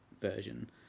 version